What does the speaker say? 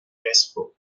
jasper